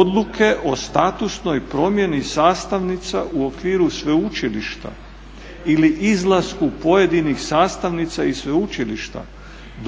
"Odluke o statusnoj promjeni sastavnica u okviru sveučilišta ili izlasku pojedinih sastavnica i sveučilišta